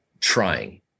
trying